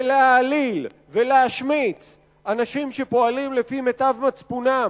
להעליל ולהשמיץ אנשים שפועלים לפי מיטב מצפונם,